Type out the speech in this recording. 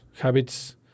Habits